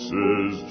Says